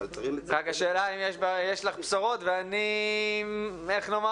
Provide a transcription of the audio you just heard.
רק השאלה אם יש לך בשורות ואני מסופק